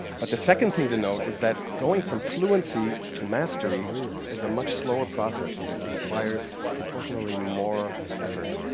but the second thing to note is that going from fluency to mastery is a much slower process, and it requires proportionally more effort.